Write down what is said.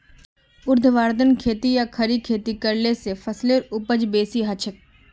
ऊर्ध्वाधर खेती या खड़ी खेती करले स फसलेर उपज बेसी हछेक